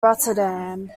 rotterdam